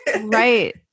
Right